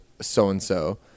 so-and-so